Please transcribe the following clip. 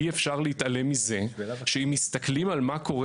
אי-אפשר להתעלם מזה שאם מסתכלים על מה שקורה